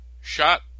shot